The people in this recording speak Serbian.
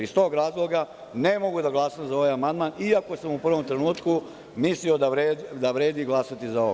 Iz tog razloga ne mogu da glasam za ovaj amandman iako sam u prvom trenutku mislio da vredi glasati za ovo.